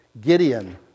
Gideon